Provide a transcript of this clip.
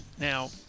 Now